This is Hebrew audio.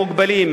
המוגבלים,